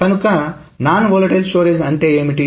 కనుక non volatile storage అంటే ఏమిటి